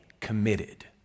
committed